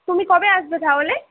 তুমি কবে আসবে তাহলে